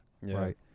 right